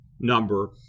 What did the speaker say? number